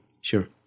Sure